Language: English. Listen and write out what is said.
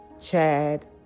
Chad